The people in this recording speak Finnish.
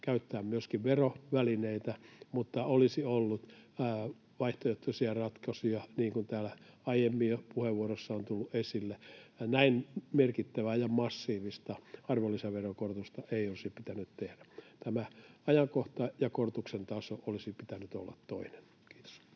käyttää myöskin verovälineitä, mutta olisi ollut vaihtoehtoisia ratkaisuja, niin kuin täällä jo aiemmin puheenvuoroissa on tullut esille. Näin merkittävää ja massiivista arvonlisäveron korotusta ei olisi pitänyt tehdä. Tämän ajankohdan ja korotuksen tason olisi pitänyt olla toinen. — Kiitos.